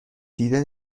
دیده